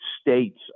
states